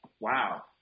wow